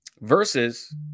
versus